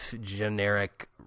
generic